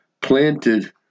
planted